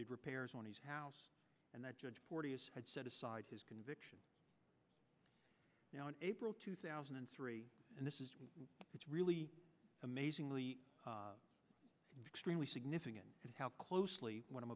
did repairs on his house and that judge porteous had set aside his conviction now in april two thousand and three and this is it's really amazingly extremely significant and how closely what i'm